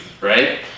right